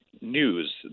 news